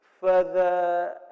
further